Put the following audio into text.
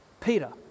Peter